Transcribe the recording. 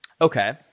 Okay